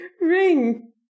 ring